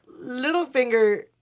Littlefinger